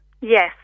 yes